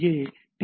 ஏ இது டி